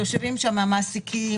את המעסיקים,